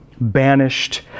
banished